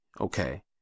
Okay